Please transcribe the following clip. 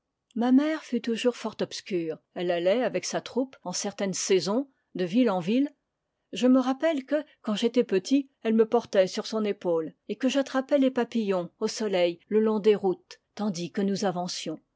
ma mère fut toujours fort obscure elle allait avec sa troupe en certaines saisons de ville en ville je me rappelle que quand j'étais petit elle me portait sur son épaule et que j'attrapais les papillons au soleil le long des routes tandis que nous avancions